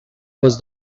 was